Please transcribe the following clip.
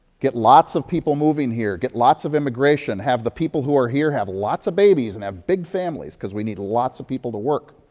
get lots of people moving here. get lots of immigration. have the people who are here have lots of babies and have big families ecause we need lots of people to work.